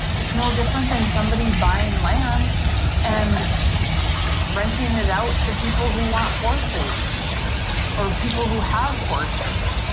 it's no different than somebody buying land and renting it out to people who want horses or people who have horses.